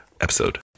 episode